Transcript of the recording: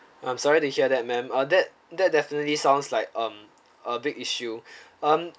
I'm sorry to hear that ma'am uh that that definitely sounds like um a big issue um